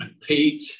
Pete